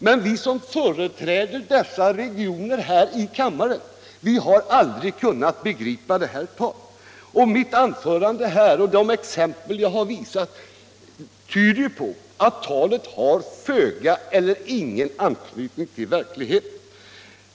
Men vi som företräder dessa re gioner här i kammaren har aldrig kunnat begripa det resonemanget. Mitt anförande här och de exempel jag visat tyder på att detta tal har föga eller ingen anknytning till verkligheten.